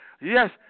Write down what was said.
Yes